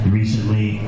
recently